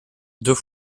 deux